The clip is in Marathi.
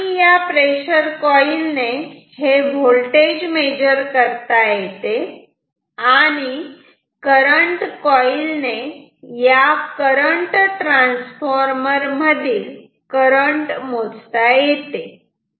आणि या प्रेशर कॉइल ने हे व्होल्टेज मोजता येते आणि करंट कॉइल ने या करंट ट्रान्सफॉर्मर मधील करंट मोजता येते